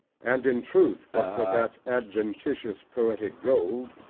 and in truth, but for that adventitious poetic gold,